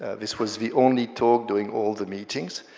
ah this was the only talk during all the meetings,